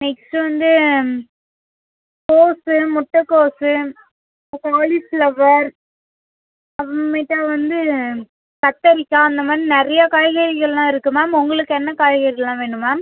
next வந்து கோஸு முட்டக்கோஸு காலிஃப்ளவர் அப்புறமேட்டு வந்து கத்தரிக்காய் அந்தமாதிரி நிறையா காய்கறிகள்லாம் இருக்குது மேம் உங்களுக்கு என்ன காய்கறிலாம் வேணும் மேம்